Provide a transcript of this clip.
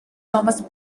thomas